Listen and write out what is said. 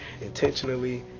intentionally